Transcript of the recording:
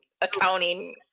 accounting